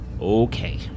Okay